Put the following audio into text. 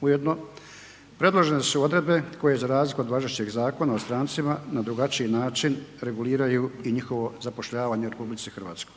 Ujedno predložene su odredbe koje za razliku od važećeg Zakona o strancima na drugačiji način reguliraju i njihovo zapošljavanje u RH.